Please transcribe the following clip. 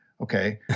Okay